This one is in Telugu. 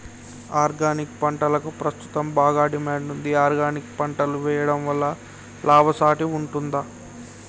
ఆర్గానిక్ పంటలకు ప్రస్తుతం బాగా డిమాండ్ ఉంది ఆర్గానిక్ పంటలు వేయడం వల్ల లాభసాటి ఉంటుందా?